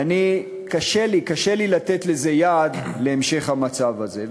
ואני, קשה לי, קשה לי לתת לזה יד, להמשך המצב הזה.